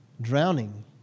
drowning